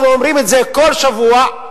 אנחנו אומרים את זה כל שבוע,